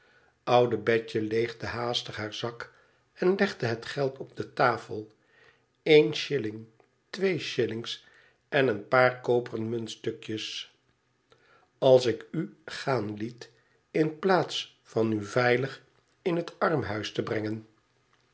oude betje leefde haastig haar zak en legde het geld op de tafel een shilling twee shilhngs en een paar koperen muntstukjes als ik u gaan liet in plaats van u veilig in het armhuis te brengen